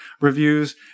reviews